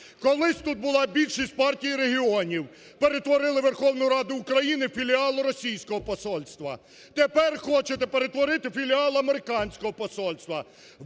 Колись тут була більшість Партії регіонів, перетворили Верховну Раду України у філіал російського посольства. Тепер хочете перетворити у філіал американського посольства.